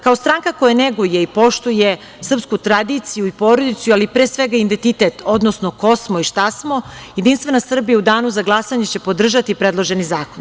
Kao stranka koja neguje i poštuje srpsku tradiciju i porodicu, ali pre svega identitet, odnosno ko smo i šta smo, JS u danu za glasanje će podržati predloženi zakon.